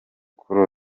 kuri